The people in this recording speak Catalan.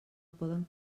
poden